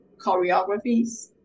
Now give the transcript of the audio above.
choreographies